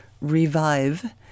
Revive